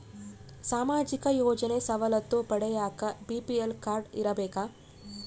ಸಾಮಾಜಿಕ ಯೋಜನೆ ಸವಲತ್ತು ಪಡಿಯಾಕ ಬಿ.ಪಿ.ಎಲ್ ಕಾಡ್೯ ಇರಬೇಕಾ?